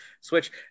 switch